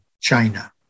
China